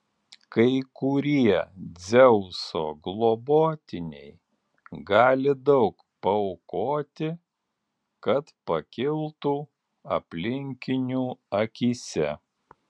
kai kurie dzeuso globotiniai gali daug paaukoti kad pakiltų aplinkinių akyse